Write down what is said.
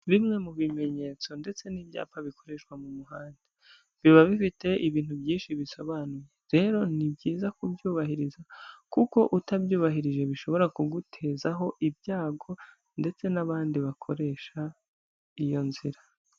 Bimwe mu bimenyetso ndetse n'ibyapa bikoreshwa mu muhanda, biba bifite ibintu byinshi bisobanuye; rero ni byiza kubyubahiriza, kuko utabyubahirije bishobora kugutezaho ibyago ndetse n'abandi bakoresha iyo nzira.